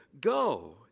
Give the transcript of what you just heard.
go